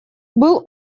был